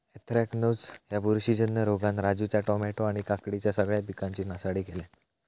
anthracnose ह्या बुरशीजन्य रोगान राजूच्या टामॅटो आणि काकडीच्या सगळ्या पिकांची नासाडी केल्यानं